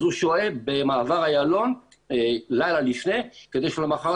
אז הוא שוהה במעבר איילון לילה לפני כדי שלמחרת